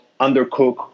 undercook